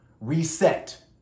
reset